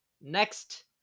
Next